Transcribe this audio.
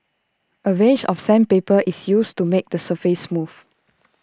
A range of sandpaper is used to make the surface smooth